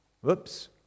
Whoops